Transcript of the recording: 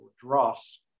dross